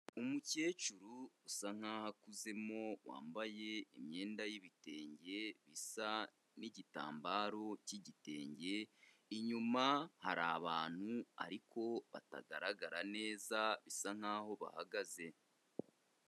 Umukecuru usa nkaho akuzemo, wambaye imyenda y'ibitenge bisa n'igitambaro cy'igitenge, inyuma hari abantu ariko batagaragara neza, bisa nkaho bahagaze.